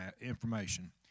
information